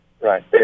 Right